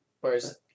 Whereas